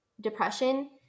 depression